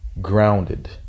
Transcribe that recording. grounded